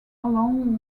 along